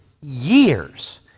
Years